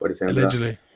Allegedly